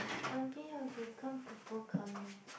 until I become purple colour